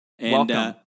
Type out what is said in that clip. Welcome